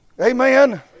Amen